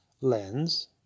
lens